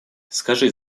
скажи